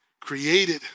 created